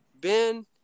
Ben